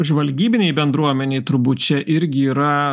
žvalgybinei bendruomenei turbūt čia irgi yra